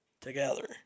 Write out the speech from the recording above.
together